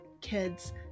kids